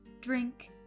drink